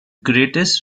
greatest